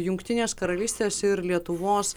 jungtinės karalystės ir lietuvos